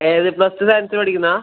ഏത് plus two science പഠിക്കുന്നാ